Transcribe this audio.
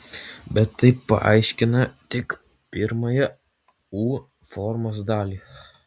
bet tai paaiškina tik pirmąją u formos dalį